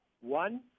One